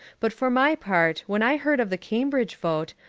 but for my part when i heard of the cambridge vote,